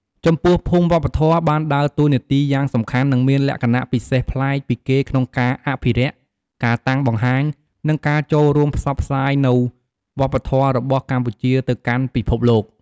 ចំពោះភូមិវប្បធម៌បានដើរតួនាទីយ៉ាងសំខាន់ និងមានលក្ខណៈពិសេសប្លែកពីគេក្នុងការអភិរក្ស ការតាំងបង្ហាញ និងការចូលរួមផ្សព្វផ្សាយនូវវប្បធម៌របស់កម្ពុជាទៅកាន់ពិភពលោក។